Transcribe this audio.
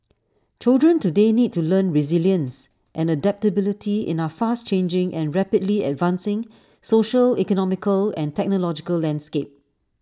children today need to learn resilience and adaptability in our fast changing and rapidly advancing social economical and technological landscape